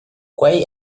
quei